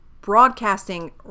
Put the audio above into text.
broadcasting